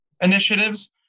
initiatives